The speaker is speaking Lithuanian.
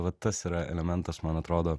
va tas yra elementas man atrodo